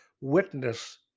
witness